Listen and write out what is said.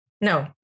No